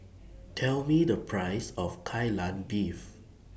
Tell Me The Price of Kai Lan Beef